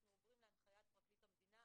אנחנו עוברים להנחיית פרקליט המדינה,